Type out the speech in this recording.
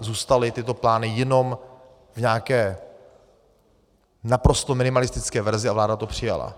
Zůstaly tyto plány jenom v nějaké v naprosto minimalistické verzi a vláda to přijala.